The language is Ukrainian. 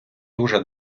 дуже